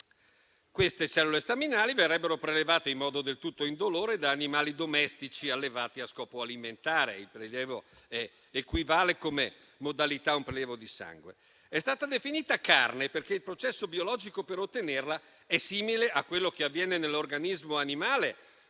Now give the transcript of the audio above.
e curativi, e verrebbero prelevate in modo del tutto indolore da animali domestici allevati a scopo alimentare. Il prelievo equivale, come modalità, a un prelievo di sangue. È stata definita carne perché il processo biologico per ottenerla è simile a quello che avviene nell'organismo animale,